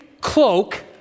cloak